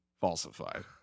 falsified